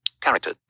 Character